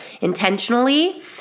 intentionally